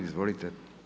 Izvolite.